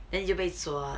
then 就被捉了